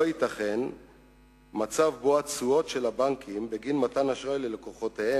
לא ייתכן מצב שבו התשואות של הבנקים בגין מתן אשראי ללקוחותיהם